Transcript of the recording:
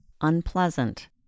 unpleasant